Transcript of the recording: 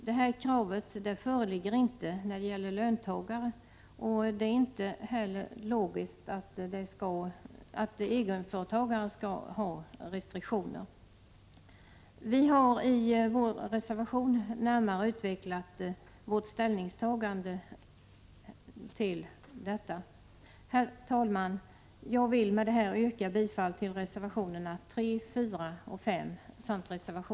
Detta krav föreligger inte när det gäller löntagare, och det är då inte logiskt att egenföretagare skall ha sådana restriktioner. Vi har i vår reservation närmare utvecklat skälen till vårt ställningstagande. Herr talman! Jag vill med detta yrka bifall till reservationerna 3, 4, 5 och 8.